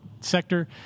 sector